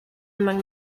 among